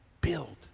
build